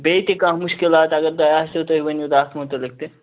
بیٚیہِ تہِ کانٛہہ مُشکِلات اگر تۄہہِ آسیٚو تُہۍ ؤنِو تتھ مُتعلِق تہِ